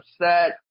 upset